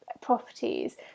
properties